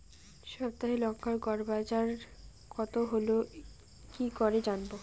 সপ্তাহে লংকার গড় বাজার কতো হলো কীকরে জানবো?